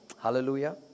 Hallelujah